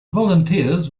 volunteers